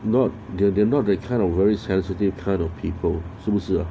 not there they're not that kind of very sensitive kind of people 是不是